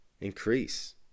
increase